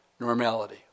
normality